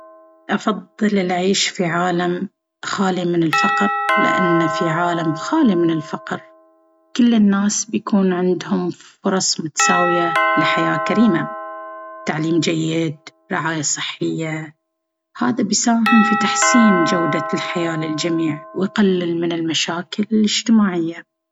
أفضل العيش في عالم خالٍ من الفقر. لأن في عالم خالٍ من الفقر، كل الناس بيكون عندهم فرص متساوية لحياة كريمة، تعليم جيد، ورعاية صحية. هذا بيساهم في تحسين جودة الحياة للجميع ويقلل من المشاكل الاجتماعية.